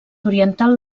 oriental